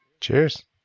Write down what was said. Cheers